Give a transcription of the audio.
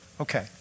Okay